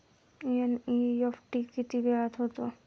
NEFT किती वेळात होते?